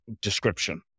description